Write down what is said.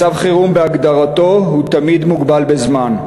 מצב חירום בהגדרתו הוא תמיד מוגבל בזמן,